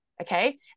okay